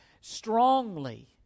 strongly